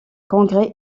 congrès